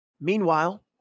Meanwhile